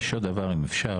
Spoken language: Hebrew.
יש עוד דבר אם אפשר,